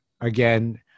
Again